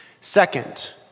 Second